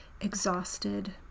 exhausted